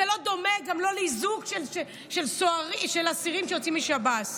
אבל זה לא דומה אפילו לאיזוק של אסירים שיוצאים משב"ס.